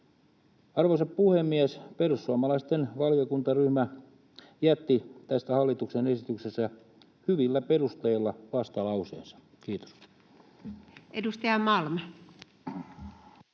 Arvoisa puhemies! Perussuomalaisten valiokuntaryhmä jätti tästä hallituksen esityksestä hyvillä perusteilla vastalauseensa. — Kiitos. [Speech 204]